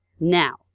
Now